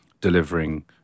delivering